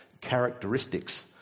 characteristics